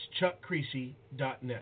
chuckcreasy.net